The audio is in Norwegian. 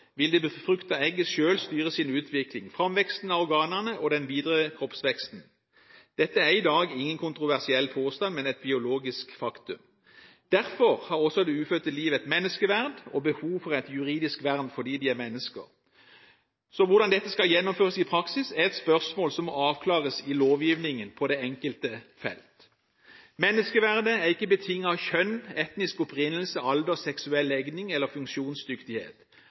vil det befruktede egget selv styre sin utvikling, framveksten av organene og den videre kroppsveksten. Dette er i dag ingen kontroversiell påstand, men et biologisk faktum. Derfor har også det ufødte liv et menneskeverd og behov for et juridisk vern, fordi de er mennesker. Så hvordan dette skal gjennomføres i praksis, er et spørsmål som må avklares i lovgivningen på det enkelte felt. Menneskeverdet er ikke betinget av kjønn, etnisk opprinnelse, alder, seksuell legning eller funksjonsdyktighet.